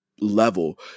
level